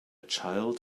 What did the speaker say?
child